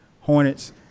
Hornets